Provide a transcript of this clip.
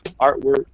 Artwork